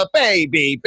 baby